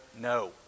No